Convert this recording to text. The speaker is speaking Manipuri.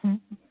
ꯎꯝ ꯎꯝ